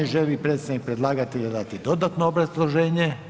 Želi li predstavnik predlagatelja dati dodatno obrazloženje?